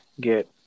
get